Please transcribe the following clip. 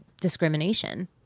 discrimination